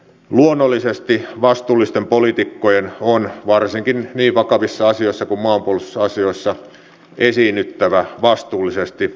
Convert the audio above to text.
luonnollisesti vastuullisten poliitikkojen on varsinkin niin vakavissa asioissa kuin maanpuolustusasioissa esiinnyttävä vastuullisesti